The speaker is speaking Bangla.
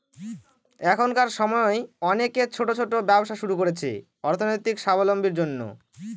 এখনকার সময় অনেকে ছোট ছোট ব্যবসা শুরু করছে অর্থনৈতিক সাবলম্বীর জন্য